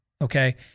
okay